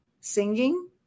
singing